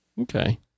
Okay